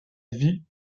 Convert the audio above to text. vie